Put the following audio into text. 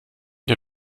der